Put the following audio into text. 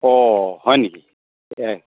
অ' হয় নেকি